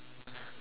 but